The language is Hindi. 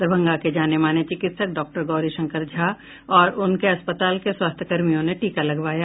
दरभंगा के जाने माने चिकित्सक डॉक्टर गौरी शंकर झा और उनके अस्पताल के स्वास्थ्यकर्मियों ने टीका लगवाया